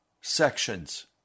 sections